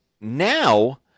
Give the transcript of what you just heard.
now